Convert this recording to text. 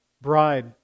bride